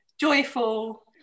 joyful